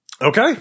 Okay